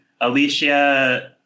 Alicia